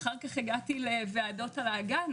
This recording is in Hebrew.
אחר כך הגעתי לוועדות על האגן,